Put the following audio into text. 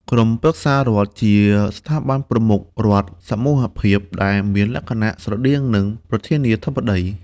ក្រុមប្រឹក្សារដ្ឋជាស្ថាប័នប្រមុខរដ្ឋសមូហភាព ដែលមានលក្ខណៈស្រដៀងនឹងប្រធានាធិបតី ។